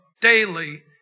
daily